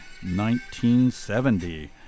1970